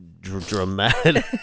dramatic